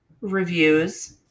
reviews